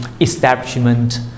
establishment